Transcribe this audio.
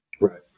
Right